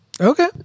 Okay